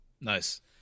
Nice